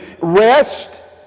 Rest